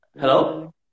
Hello